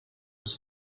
was